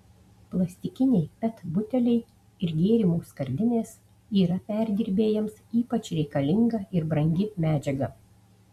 plastikiniai pet buteliai ir gėrimų skardinės yra perdirbėjams ypač reikalinga ir brangi medžiaga